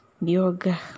yoga